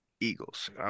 Eagles